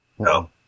No